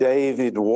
David